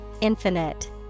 Infinite